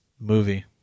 movie